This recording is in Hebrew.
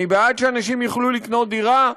אני בעד שאנשים יוכלו לקנות דירה,